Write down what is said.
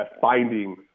finding